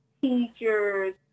teachers